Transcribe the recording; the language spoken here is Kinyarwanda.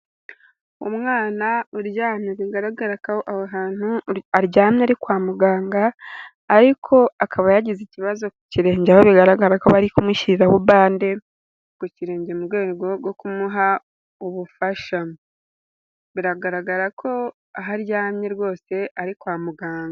Umwana uryamye bigaragara ko aho hantu aryamye ari kwa muganga, ariko akaba yagize ikibazo ku kirenge aho bigaragara ko bari kumushyiriraho bande ku kirenge mu rwego rwo kumuha ubufasha. Biragaragara ko aho aryamye rwose ari kwa muganga.